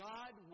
God